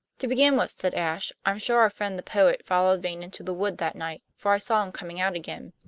to begin with, said ashe, i'm sure our friend the poet followed vane into the wood that night, for i saw him coming out again.